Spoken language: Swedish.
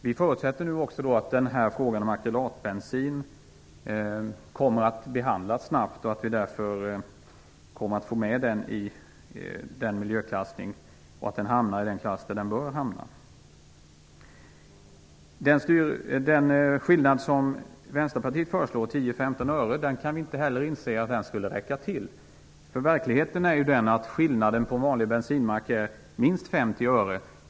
Vi förutsätter också att frågan om akrylatbensin kommer att behandlas snabbt, att vi får med den i miljöklassningen och att den hamnar i den klass där den bör hamna. Vi kan inte heller inse att den skillnad som Vänsterpartiet föreslår, 10-15 öre, skulle räcka till. Verkligheten är den att skillnaden mellan vanliga bensinmärken är minst 50 öre.